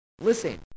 Listen